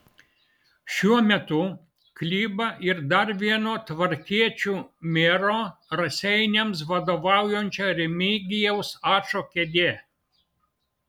šiuo metu kliba ir dar vieno tvarkiečių mero raseiniams vadovaujančio remigijaus ačo kėdė